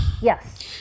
Yes